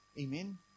Amen